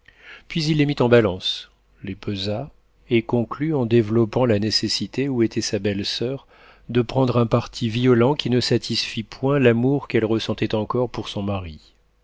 puis il les mit en balance les pesa et conclut en développant la nécessité où était sa belle-soeur de prendre un parti violent qui ne satisfit point l'amour qu'elle ressentait encore pour son mari